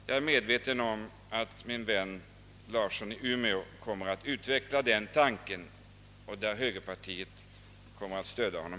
Jag vet nämligen att min vän herr Larsson i Umeå kommer att; tala härom, och högerpartiet kommer helt att stödja honom.